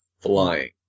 Flying